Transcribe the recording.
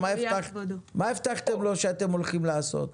מה הבטחתם לו שאתם הולכים לעשות,